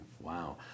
Wow